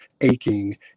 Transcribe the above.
aching